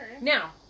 Now